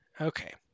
Okay